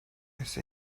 مثل